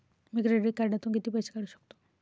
मी credit कार्डातून किती पैसे काढू शकतो?